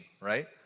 right